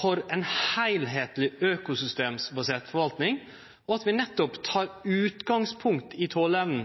for ei heilskapleg økosystembasert forvaltning, og at vi nettopp tek utgangspunkt i tåleevna